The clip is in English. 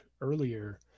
earlier